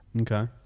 Okay